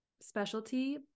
specialty